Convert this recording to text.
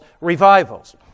revivals